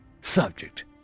subject